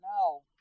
No